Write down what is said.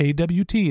AWT